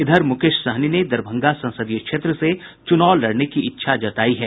इधर मुकेश सहनी ने दरभंगा संसदीय क्षेत्र से चुनाव लड़ने की इच्छा जतायी है